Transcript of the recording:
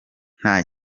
nta